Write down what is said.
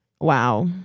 Wow